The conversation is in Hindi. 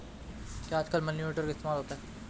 क्या आजकल मनी ऑर्डर का इस्तेमाल होता है?